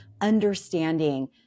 understanding